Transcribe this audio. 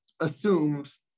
assumes